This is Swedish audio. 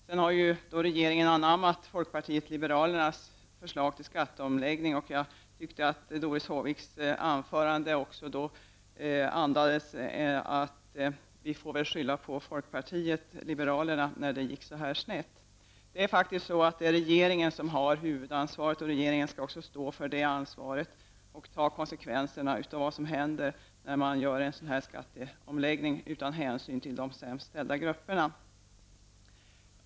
Sedan har regeringen anammat folkpartiet liberalernas förslag till skatteomläggning. Jag tycker att Doris Håviks anförande också andades tanken att man får skylla på folkpartiet liberalerna när det gick så här snett. Men det är faktiskt regeringen som har huvudansvaret och få ta konsekvenserna av vad som händer när man genomför en skatteomläggning utan hänsyn till de sämst ställda grupperna.